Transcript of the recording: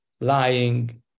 lying